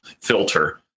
filter